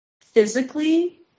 physically